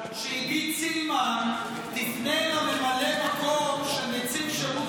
שעידית סילמן תפנה לממלא מקום של נציב שירות